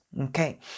Okay